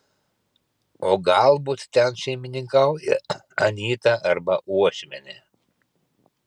o galbūt ten šeimininkauja anyta arba uošvienė